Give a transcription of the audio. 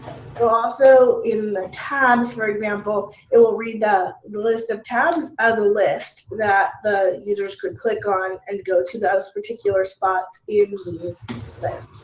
also, in the tabs, for example, it will read the list of tabs as a list that the users could click on and go to those particular spots in the